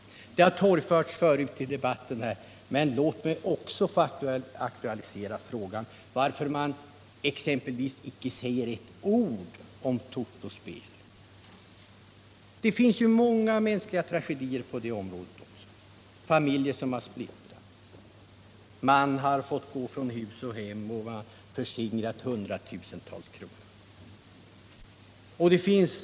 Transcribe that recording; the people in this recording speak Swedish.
Jag skulle vilja ställa en fråga som varit uppe tidigare i debatten: Varför säger man inte ett ord om t.ex. totospel? Det har ju skett många mänskliga tragedier även på det området: familjer har splittrats, fått gå från hus och hem, hundratusentals kronor har förskingrats.